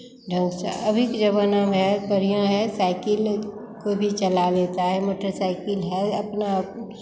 ढंग से अभी के ज़माना है बढ़ियाँ है साइकिल कोई भी चला लेता है मोटरसाइकिल है अपना